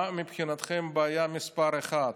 מה מבחינתכם הבעיה מספר אחת.